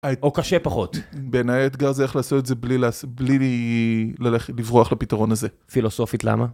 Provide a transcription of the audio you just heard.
או קשה פחות. בעיניי האתגר זה איך לעשות את זה בלי לברוח לפתרון הזה. פילוסופית למה?